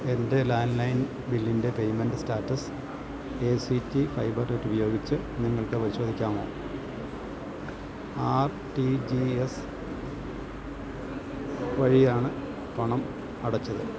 എൻ്റെ ലാന്ഡ്ലൈന് ബില്ലിൻ്റെ payment status A C T Fibernet ഉപയോഗിച്ച് നിങ്ങൾക്ക് പരിശോധിക്കാമോ ആർ ടി ജി എസ് വഴിയാണ് പണമടച്ചത്